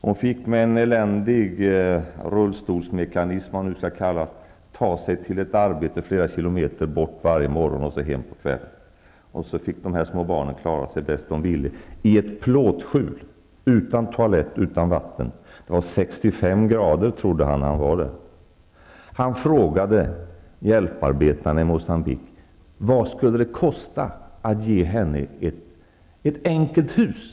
Hon fick med hjälp av något slags eländig rullstolsmekanism ta sig till ett arbete flera kilometer bort varje morgon och hem på kvällen. De små barnen fick klara sig bäst de kunde, i ett plåtskjul utan vatten och utan toalett. Det var närmare 65 grader varmt när han var där, trodde han. Han frågade hjälparbetarna i Moçambique vad det skulle kosta att ge kvinnan ett enkelt hus.